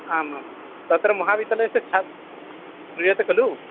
आमां तत्र महाविद्यालयस्य छात्रः श्रूयते खलु